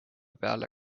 peal